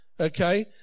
Okay